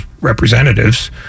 representatives